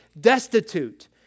destitute